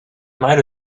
might